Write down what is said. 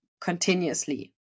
continuously